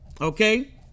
Okay